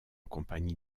compagnie